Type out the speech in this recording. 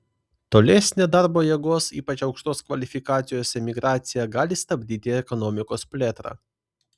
tolesnė darbo jėgos ypač aukštos kvalifikacijos emigracija gali stabdyti ekonomikos plėtrą